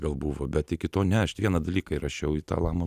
gal buvo bet iki to ne aš tik vieną dalyką įrašiau į tą lamą